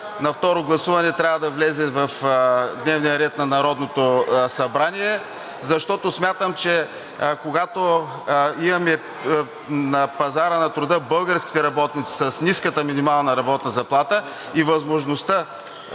на второ гласуване трябва да влезе в дневния ред на Народното събрание. Смятам, че когато имаме на пазара на труда българските работници с ниската минимална работна заплата и възможността